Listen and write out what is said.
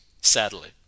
Sadly